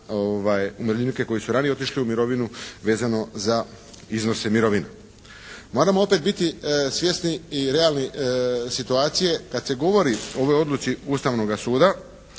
umirovljenike koji su ranije otišli u mirovinu vezano za iznose mirovina. Moramo opet biti svjesni i realni situacije kad se govori o ovoj odluci Ustavnoga suda